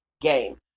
game